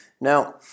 Now